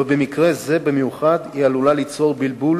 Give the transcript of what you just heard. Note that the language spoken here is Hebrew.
ובמקרה זה במיוחד היא עלולה ליצור בלבול